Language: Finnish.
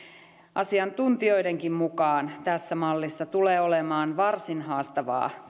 asiantuntijoidenkin mukaan tässä mallissa tulee olemaan varsin haastavaa